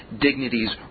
dignities